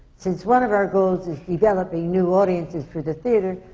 since one of our goals is developing new audiences for the theatre,